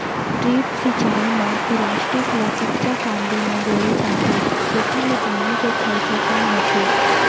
drip सिंचई म plastic ल कच्चा कांदी म जोड़े जाथे जेकर ले पानी के खरचा कम होथे